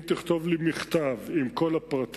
אם תכתוב לי מכתב עם כל הפרטים,